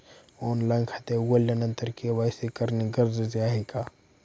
Online खाते उघडल्यानंतर KYC करणे गरजेचे आहे का?